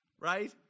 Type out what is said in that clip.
right